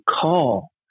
call